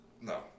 No